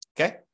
Okay